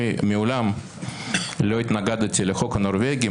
אני מעולם לא התנגדתי לחוק הנורבגי,